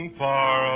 far